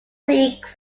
leagues